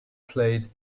plate